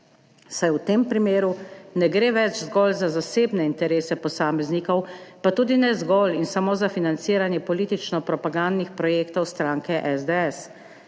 saj v tem primeru ne gre več zgolj za zasebne interese posameznikov, pa tudi ne zgolj in samo za financiranje politično propagandnih projektov stranke SDS.